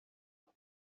este